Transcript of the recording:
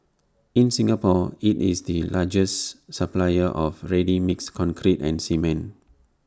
in Singapore IT is the largest supplier of ready mixed concrete and cement